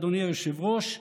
אדוני היושב-ראש.